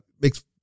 makes